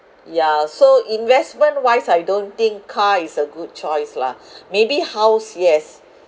yeah so investment wise I don't think car is a good choice lah maybe house yes